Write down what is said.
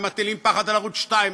ומטילים פחד על ערוץ 2,